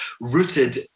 rooted